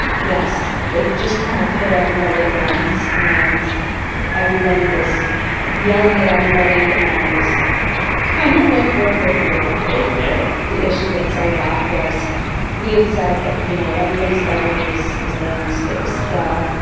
yes. it just kind of hit everybody at once, and everybody was yelling at everybody. and it was kind of like world war iii ok the issue that set it off was we had said that, you know, everybody's bedroom is is their own space. well,